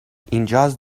اینجااز